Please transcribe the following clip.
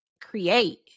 create